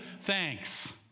thanks